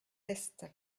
est